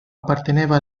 apparteneva